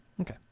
Okay